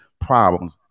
problems